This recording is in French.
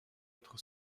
être